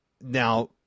now